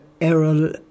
Errol